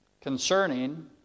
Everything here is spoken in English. concerning